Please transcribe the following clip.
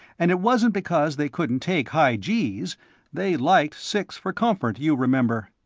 and it wasn't because they couldn't take high gees they liked six for comfort, you remember.